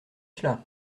cela